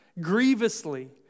grievously